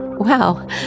Wow